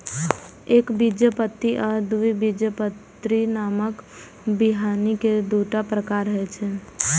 एकबीजपत्री आ द्विबीजपत्री नामक बीहनि के दूटा प्रकार होइ छै